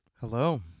Hello